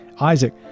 Isaac